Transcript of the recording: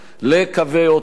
לקווי אוטובוס.